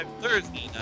Thursday